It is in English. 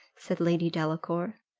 said lady delacour.